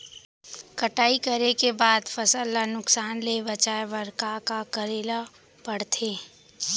कटाई करे के बाद फसल ल नुकसान ले बचाये बर का का करे ल पड़थे?